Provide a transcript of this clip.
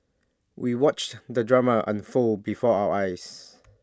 we watched the drama unfold before our eyes